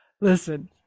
listen